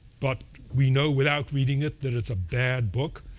but we know without reading it that it's a bad book.